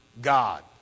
God